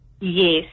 Yes